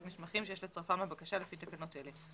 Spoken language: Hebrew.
מסמכים שיש לצרפם לבקשה לפי תקנות אלה.